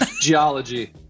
Geology